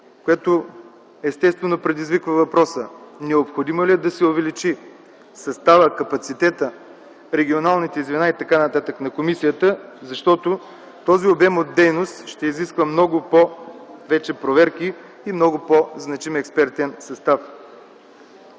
което естествено предизвиква въпроса: необходимо ли е да се увеличи съставът, капацитетът, регионалните звена и така нататък на комисията, защото този обем от дейност ще изисква много повече проверки и много по-значим експертен състав.